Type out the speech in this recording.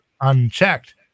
unchecked